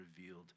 revealed